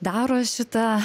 daro šitą